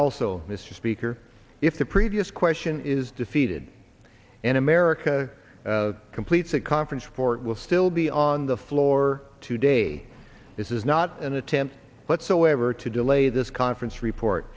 also mr speaker if the previous question is defeated and america completes a conference report will still be on the floor today this is not an attempt whatsoever to delay this conference report